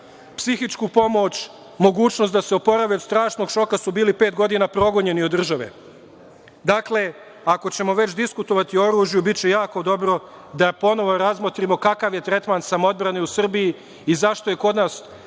psihičku pomoć, mogućnost da se oporave od strašnog šoka, su bili pet godina progonjeni od države. Dakle, ako ćemo već diskutovati o oružju, biće jako dobro da ponovo razmotrimo kakav je tretman samoodbrane u Srbiji i zašto je kod nas